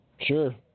Sure